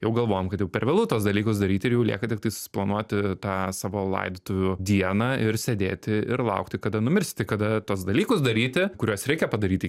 jau galvojam kad jau per vėlu tuos dalykus daryti ir jau lieka tiktais planuoti tą savo laidotuvių dieną ir sėdėti ir laukti kada numirsi tai kada tuos dalykus daryti kuriuos reikia padaryti